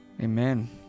Amen